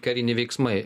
kariniai veiksmai